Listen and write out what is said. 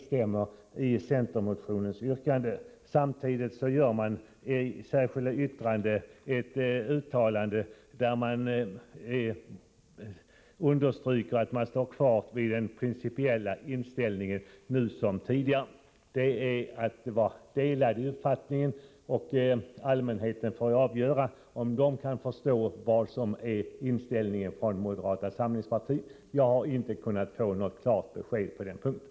Samtidigt gör man i ett särskilt yttrande ett uttalande där man understryker att man står kvar vid samma principiella inställning nu som tidigare, nämligen en neutral energibeskattning. Det är att vara delad i sin uppfattning. Allmänheten får avgöra om den kan förstå moderata samlingspartiets inställning. Jag har inte kunnat få något klart besked på den punkten.